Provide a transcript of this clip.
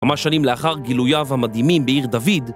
כמה שנים לאחר גילוייו המדהימים בעיר דוד,